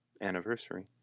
anniversary